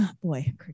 boy